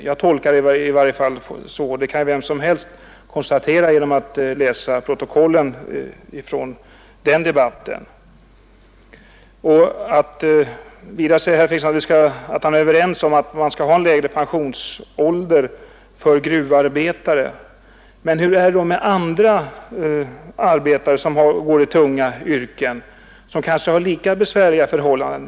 Jag tolkade honom i varje fall så, och vem som helst kan konstatera detsamma genom att läsa protokollet från debatten i fråga. Jag vill med anledning av att herr Fredriksson säger att han är överens med mig om att vi skall ha en lägre pensionsålder för gruvarbetare fråga, hur det är med arbetare i andra tunga yrken, där man kanske har lika besvärliga förhållanden.